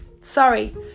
sorry